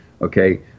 Okay